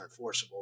unenforceable